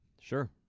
Sure